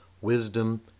wisdom